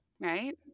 right